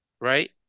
right